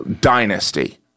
dynasty